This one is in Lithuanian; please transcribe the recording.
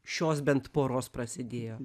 šios bent poros prasidėjo